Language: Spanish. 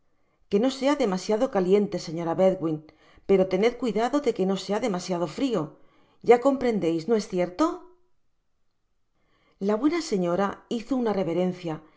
que no sea demasiado caliente señor bedwin pero tened cuidado de que no sea demasiado frio ya comprendeis no es cierto la buena señora hizo una reverencia y